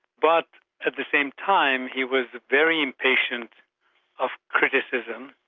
but at the same time, he was very impatient of criticism.